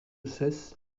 seyssel